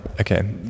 Okay